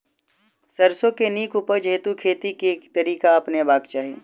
सैरसो केँ नीक उपज हेतु खेती केँ केँ तरीका अपनेबाक चाहि?